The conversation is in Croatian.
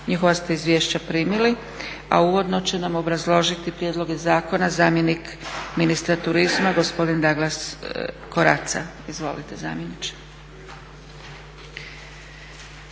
Njihova ste izvješća primili. A uvodno će nam obrazložiti prijedloge zakona zamjenik ministra turizma, gospodin Daglas Koraca. Izvolite zamjeniče.